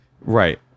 right